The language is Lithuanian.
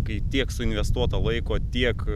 kai tiek suinvestuota laiko tiek